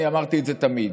אני אמרתי את זה תמיד.